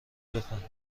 بفهمیم